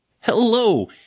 Hello